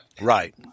right